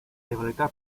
rivalità